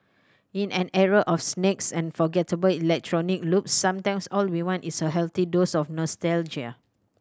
in an era of snakes and forgettable electronic loops sometimes all we want is a healthy dose of nostalgia